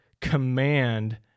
command